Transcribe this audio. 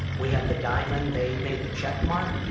we had the diamond, they made the checkmark.